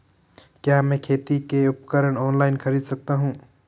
क्या मैं खेती के उपकरण ऑनलाइन खरीद सकता हूँ?